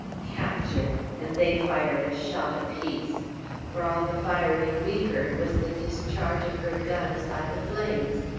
capture, and they fired a shot apiece for all the firing we heard was the discharge of her guns by the flames.